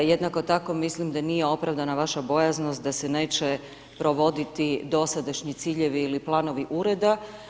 Jednako tako, mislim da nije opravdana vaša bojaznost da se neće provoditi dosadašnji ciljevi li planovi Ureda.